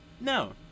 No